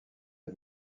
est